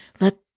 Let